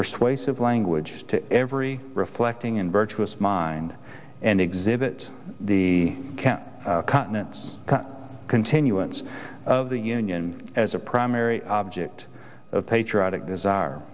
persuasive language to every reflecting and virtuous mind and exhibit the continent's continuance of the union as a primary object of patriotic bizarre